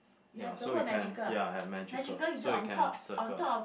ya so we can ya have magical so we can circle